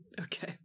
Okay